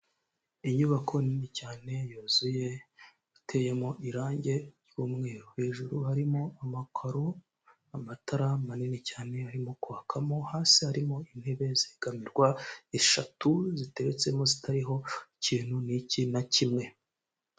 Inyubako nini cyane yuzuye iteyemo irangi ry'umweru, hejuru harimo amakoro, amatara manini cyane arimo kwakamo, hasi harimo intebe zegamirwa eshatu ziteretsemo zitariho ikintu n'iki na kimwe.